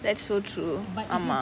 that's so true ஆமா:aamaa